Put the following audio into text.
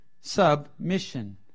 Submission